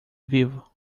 vivo